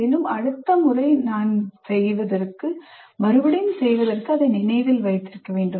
மேலும் அடுத்த முறை செய்ய நான் அதை நினைவில் வைத்திருக்க வேண்டும்